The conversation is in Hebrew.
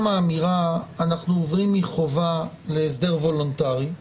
האמירה: אנחנו עוברים מחובה להסדר וולונטרי,